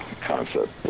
concept